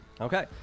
Okay